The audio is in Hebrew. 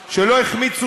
במקלטים.